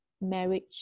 marriage